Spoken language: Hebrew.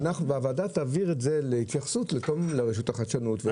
והוועדה תעביר את זה להתייחסות לרשות החדשנות.